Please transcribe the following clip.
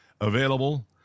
available